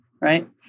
Right